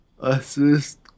assist